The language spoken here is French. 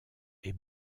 est